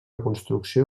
construcció